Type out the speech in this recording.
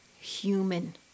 human